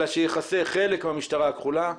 אלא שיכסה חלק מהמשטרה הכחולה,